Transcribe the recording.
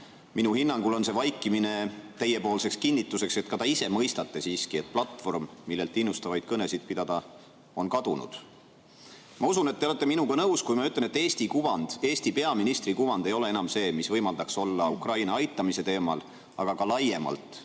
Minu hinnangul on teie vaikimine kinnituseks, et ka te ise mõistate siiski, et platvorm, millelt innustavaid kõnesid pidada, on kadunud. Ma usun, et te olete minuga nõus, kui ma ütlen, et Eesti kuvand, Eesti peaministri kuvand ei ole enam see, mis võimaldaks olla Ukraina aitamise teemal, aga ka laiemalt